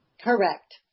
Correct